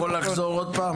אתה יכול לחזור עוד פעם?